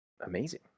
amazing